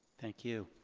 thank you.